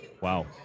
wow